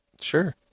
Sure